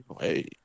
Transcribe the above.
Hey